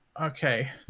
Okay